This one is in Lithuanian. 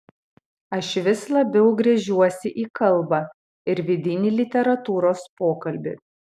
aš vis labiau gręžiuosi į kalbą ir vidinį literatūros pokalbį